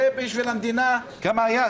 זה בשביל המדינה, כמה זמן היה?